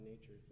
nature